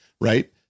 right